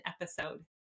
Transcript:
episode